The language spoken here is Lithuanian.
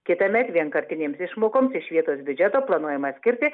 kitąmet vienkartinėms išmokoms iš vietos biudžeto planuojama skirti